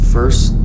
First